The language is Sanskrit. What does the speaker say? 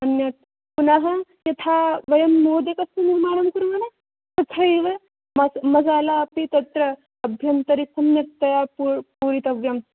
अन्यत् पुनः यथा वयं मोदकस्य निर्माणं कुर्मः तथा एव मस् मसाला अपि तत्र अभ्यन्तरे सम्यक्तया पूरि पूरितव्यं